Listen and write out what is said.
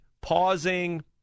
pausing